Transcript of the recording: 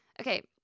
okay